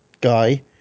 guy